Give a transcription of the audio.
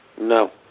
No